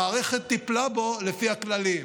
המערכת טיפלה בו לפי הכללים.